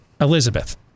Elizabeth